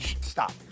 stop